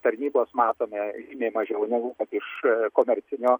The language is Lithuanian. tarnybos matome nė mažiau negu iš komercinio